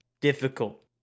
Difficult